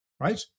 right